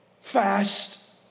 fast